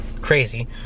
crazy